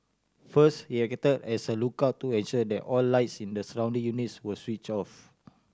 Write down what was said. first he act as a lookout to ensure that all lights in the surrounding units were switch off